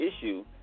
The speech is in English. issue